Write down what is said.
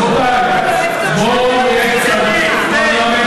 אז אנחנו לא מסכימים.